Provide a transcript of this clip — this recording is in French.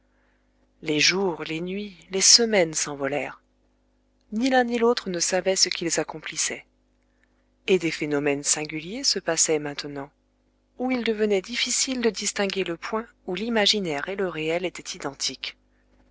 les jours les nuits les semaines s'envolèrent ni l'un ni l'autre ne savait ce qu'ils accomplissaient et des phénomènes singuliers se passaient maintenant où il devenait difficile de distinguer le point où l'imaginaire et le réel étaient identiques